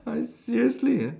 like seriously eh